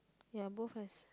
ya both has